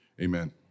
Amen